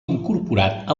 incorporat